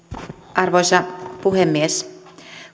arvoisa puhemies